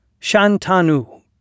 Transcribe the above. Shantanu